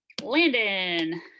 landon